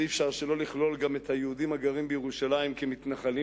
ואי-אפשר שלא לכלול גם את היהודים הגרים בירושלים כמתנחלים,